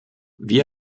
vit